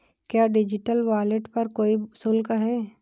क्या digital wallet पर कोई शुल्क है?